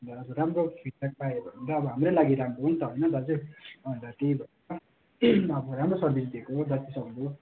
बाट जो राम्रो फिड ब्याक पायो भने त अब हाम्रो लागि राम्रो हो नि त होइन दाजु अन्त त्यही भएर अब राम्रो सर्भिस दिएको हो जति सक्दो